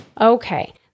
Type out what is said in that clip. Okay